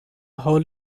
whole